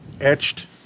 Etched